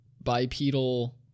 bipedal